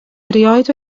erioed